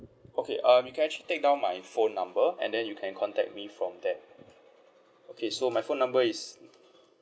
okay um you can actually take down my phone number and then you can contact me from there okay so my phone number is